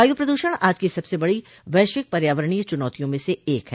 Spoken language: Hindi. वायु प्रदूषण आज की सबसे बड़ी वैश्विक पर्यावरणीय चुनौतियों में से एक है